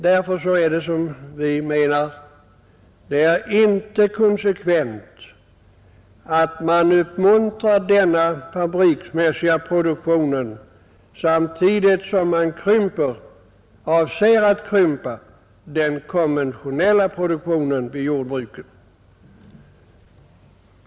Därför är det, menar vi, inte konsekvent att man uppmuntrar denna fabriksmässiga produktion samtidigt som man avser att krympa den konventionella produktionen i jordbruket.